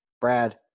Brad